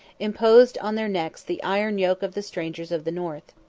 imposed on their necks the iron yoke of the strangers of the north.